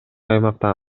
аймакта